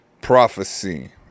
prophecy